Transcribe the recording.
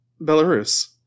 belarus